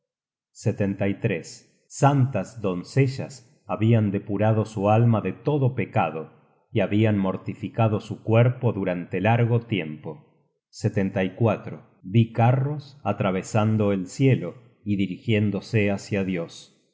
search generated at santas doncellas habian depurado su alma de todo pecado y habian mortificado su cuerpo durante largo tiempo vi carros atravesando el cielo y dirigiéndose hácia dios